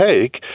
take